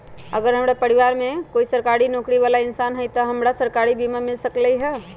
अगर हमरा परिवार में कोई सरकारी नौकरी बाला इंसान हई त हमरा सरकारी बीमा मिल सकलई ह?